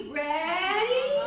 ready